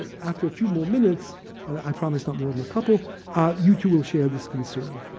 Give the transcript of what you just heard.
after a few more minutes i promise not more than a couple you, too, will share this concern.